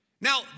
Now